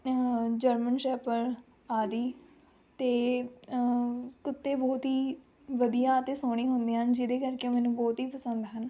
German shepherd ਆਦਿ ਅਤੇ ਕੁੱਤੇ ਬਹੁਤ ਹੀ ਵਧੀਆ ਅਤੇ ਸੋਹਣੇ ਹੁੰਦੇ ਹਨ ਜਿਹਦੇ ਕਰਕੇ ਮੈਨੂੰ ਬਹੁਤ ਹੀ ਪਸੰਦ ਹਨ